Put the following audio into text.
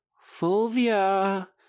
Fulvia